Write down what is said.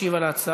משיב על ההצעה